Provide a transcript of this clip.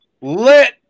Lit